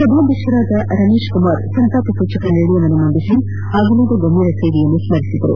ಸಭಾಧ್ಯಕ್ಷ ರಮೇಶ್ ಕುಮಾರ್ ಸಂತಾಪ ಸೂಚಕ ನಿರ್ಣಯ ಮಂದಿಸಿ ಅಗಲಿದ ಗಣ್ಯರ ಸೇವೆಯನ್ನು ಸ್ಮರಿಸಿದರು